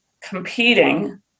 competing